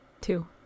two